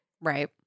Right